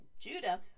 Judah